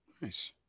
nice